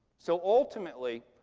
so ultimately,